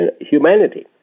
humanity